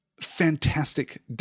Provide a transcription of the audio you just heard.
fantastic